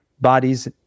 bodies